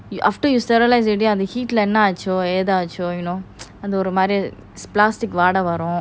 you after you sterilise already the heat என்ன ஆச்சோ எனது ஆச்சோ அந்த ஒரு மாறி:enna aacho yeathu aacho antha oru maari plastic வாடா வரும்:vaada varum